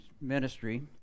Ministry